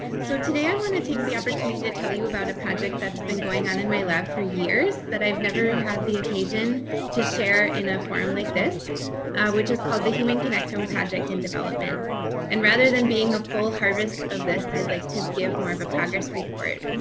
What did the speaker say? so today i want to take the opportunity to tell you about a project that's been going on in my lab for years that i've never had the occasion to share in a forum like this. leah somerville which is called the human connectome project and development and rather than being a full harvest of this, i'd like to give more of a progress report.